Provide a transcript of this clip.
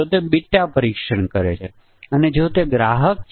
તેથી આપણી પાસે પરીક્ષણના 172800 કેસ છે